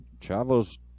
Chavo's